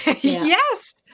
Yes